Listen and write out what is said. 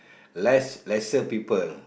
less lesser people